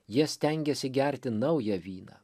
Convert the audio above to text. jie stengiasi gerti naują vyną